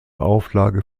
auflage